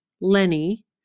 Lenny